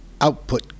output